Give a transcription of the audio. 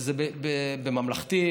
זה בממלכתי,